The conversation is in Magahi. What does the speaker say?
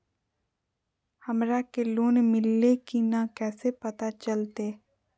हमरा के लोन मिल्ले की न कैसे पता चलते?